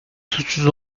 suçsuz